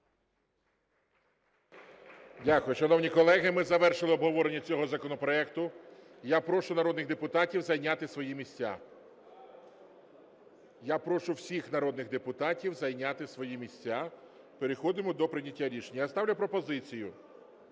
Дякую. Шановні колеги, ми завершили обговорення цього законопроекту. Я прошу народних депутатів зайняти свої місця. Я прошу всіх народних депутатів зайняти свої місця, переходимо до прийняття рішення. Я ставлю пропозицію